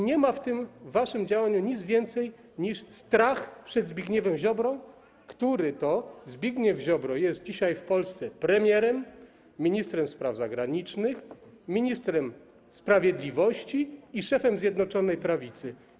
Nie ma w tym waszym działaniu niczego więcej niż strach przed Zbigniewem Ziobrą, który to Zbigniew Ziobro jest dzisiaj w Polsce premierem, ministrem spraw zagranicznych, ministrem sprawiedliwości i szefem Zjednoczonej Prawicy.